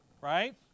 right